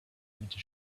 into